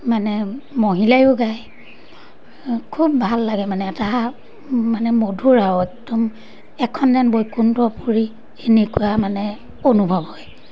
মানে মহিলায়ো গায় খুব ভাল লাগে মানে এটা মানে মধুৰ আৰু একদম এখন যেন বৈকুণ্ঠপুৰি এনেকুৱা মানে অনুভৱ হয়